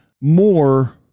more